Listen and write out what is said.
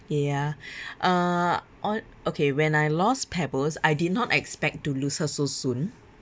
ya uh o~ okay when I lost pebbles I did not expect to lose her so soon